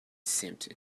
seemed